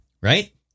Right